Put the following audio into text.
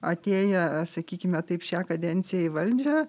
atėję sakykime taip šią kadenciją į valdžią